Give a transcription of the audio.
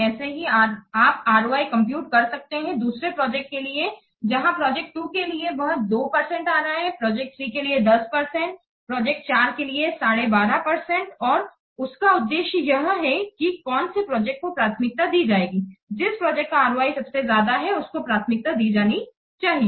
ऐसे ही आप ROI कंप्यूटकर सकते हैं दूसरे प्रोजेक्ट के लिए जहां प्रोजेक्ट 2 के लिए वह 2 परसेंटआ रहा है प्रोजेक्ट 3 के लिए 10 परसेंटऔर प्रोजेक्ट 4 के लिए 125 परसेंट और उसका उद्देश्य यह है कि कौन से प्रोजेक्ट को प्राथमिकता दी जाएगी जिस प्रोजेक्ट का ROI सबसे ज्यादा है उसको प्राथमिकता दी जानी चाहिए